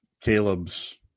Caleb's